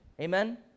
Amen